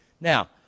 Now